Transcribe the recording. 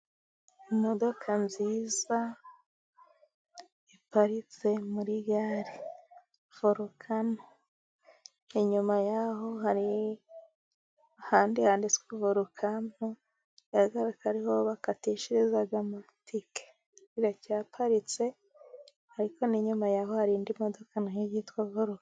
Imodoka nziza, iparitse muri gare. Volcano, inyuma yaho hari ahandi handitswe vorukono, bigaragara ko ariho bakatishiriza amatike. Iracyaparitse, ariko n'inyuma y'aho hari indi modoka nayo yitwa Volcano,